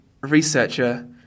researcher